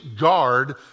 guard